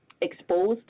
exposed